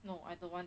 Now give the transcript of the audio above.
no I don't want